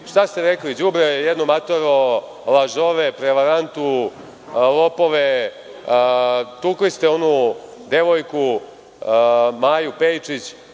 šta ste rekli – đubre jedno matoro, lažove, prevarantu, lopove. Tukli ste onu devojku Maju Pejčić